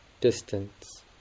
distance